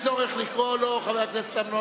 וחבר הכנסת אחמד